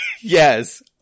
Yes